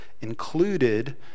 included